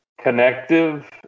connective